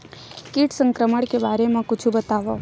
कीट संक्रमण के बारे म कुछु बतावव?